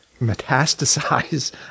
metastasize